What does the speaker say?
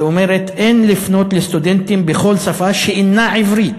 שאומרת: "אין לפנות לסטודנטים בכל שפה שאינה עברית,